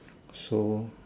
so